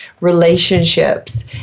relationships